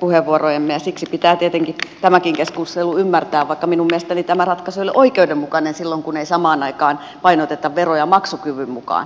puheenvuorojemme taustalla ja siksi pitää tietenkin tämäkin keskustelu ymmärtää vaikka minun mielestäni tämä ratkaisu ei ole oikeudenmukainen silloin kun ei samaan aikaan oteta veroja vain maksukyvyn mukaan